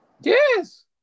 Yes